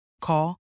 Call